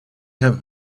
have